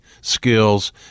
skills